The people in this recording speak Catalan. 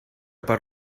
per